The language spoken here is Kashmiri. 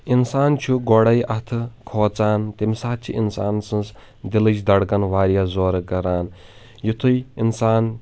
انسان چھُ گۄڈے اتھہٕ کھوژان تمہِ ساتہٕ چھِ انسان سٕنٛز دِلٕچ دڑکن واریاہ زورٕ کران یِتھُے انسان